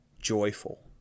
joyful